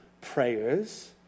prayers